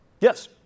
Yes